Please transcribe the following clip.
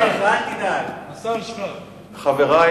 חברי